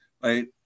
right